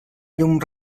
llum